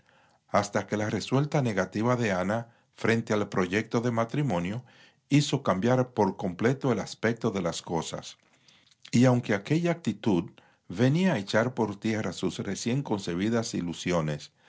hasta que la resuelta negativa de ana frente al proyecto de matrimonio hizo cambiar por completo el aspecto de las cosas y aunque aquella actitud venía a echar por tierra sus recién concebidas ilusiones